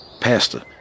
Pastor